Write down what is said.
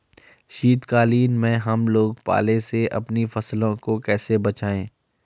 शीतकालीन में हम लोग पाले से अपनी फसलों को कैसे बचाएं?